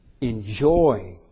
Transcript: Enjoy